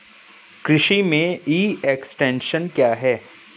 कृषि में e extension क्या है?